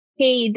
hey